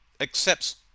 accepts